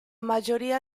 mayoría